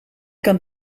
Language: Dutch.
kan